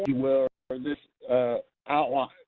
you will, or this outline,